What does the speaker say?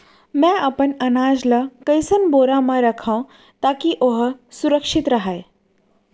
मैं अपन अनाज ला कइसन बोरा म रखव ताकी ओहा सुरक्षित राहय?